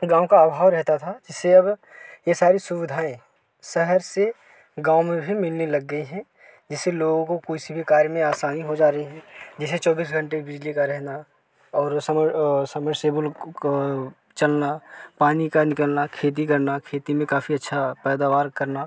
गाँव को अभाव रहता था जिससे अब ये सारी सुविधाएँ शहर से गाँव में भी मिलने लग गईं हैं जिससे लोगो को किसी भी कार्य में आसानी हो जा रही हैं जैसे चौबीस घंटे बिजली का रहना और समरसेबुल का चलना पानी का निकलना खेती करना खेती में काफ़ी अच्छा पैदावार करना